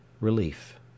relief